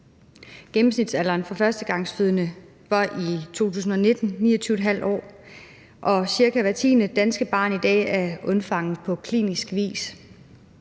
Gennemsnitsalderen for førstegangsfødende var i 2019 29½ år, og cirka hver tiende danske barn er i dag undfanget på klinisk vis.